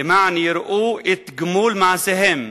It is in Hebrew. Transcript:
למען יראו את גמול מעשיהם,